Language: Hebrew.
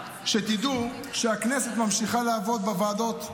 שתדעו שהכנסת ממשיכה לעבוד בוועדות.